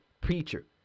preacher